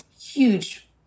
huge